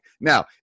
now